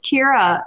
Kira